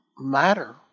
matter